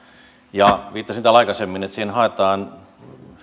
viittasin täällä aikaisemmin siihen että siinä haetaan keinoja